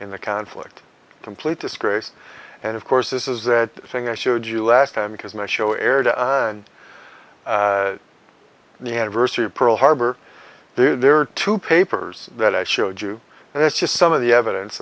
in the conflict complete disgrace and of course this is that thing i showed you last time because my show aired and the anniversary of pearl harbor there are two papers that i showed you and that's just some of the evidence